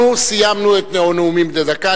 אנחנו סיימנו את הנאומים בני הדקה.